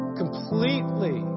completely